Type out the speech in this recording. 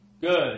good